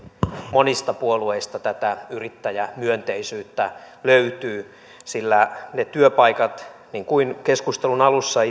monista puolueista tätä yrittäjämyönteisyyttä löytyy ne työpaikat niin kuin keskustelun alussa